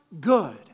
Good